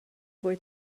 fwy